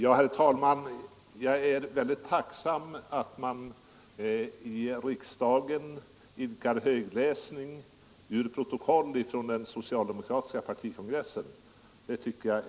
Herr talman! Jag är väldigt tacksam att man i riksdagen idkar högläsning ur protokoll från socialdemokratiska partikongressen.